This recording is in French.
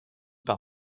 par